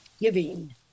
giving